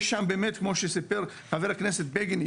כמו שאמר חה"כ בגין,